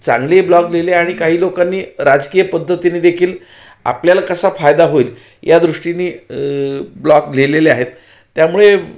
चांगले ब्लॉग लिहिले आणि काही लोकांनी राजकीय पद्धतीने देखील आपल्याला कसा फायदा होईल या दृष्टीने ब्लॉग लिहिलेले आहेत त्यामुळे